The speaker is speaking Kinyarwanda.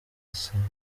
asabana